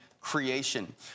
creation